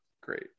great